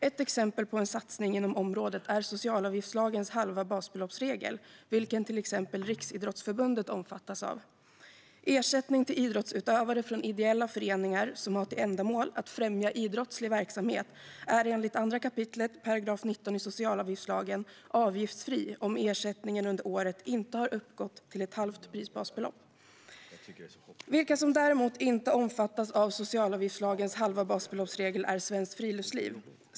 Ett exempel på en satsning inom området är socialavgiftslagens halva basbeloppsregel, vilken till exempel Riksidrottsförbundet omfattas av. Ersättning till idrottsutövare från ideella föreningar som har till ändamål att främja idrottslig verksamhet är enligt 2 kap. 19 § socialavgiftslagen avgiftsfri om ersättningen under året inte har uppgått till ett halvt prisbasbelopp. Några som däremot inte omfattas av socialavgiftslagens halva basbeloppsregel är Svenskt Friluftsliv.